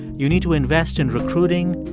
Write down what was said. you need to invest in recruiting,